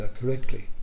correctly